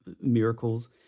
miracles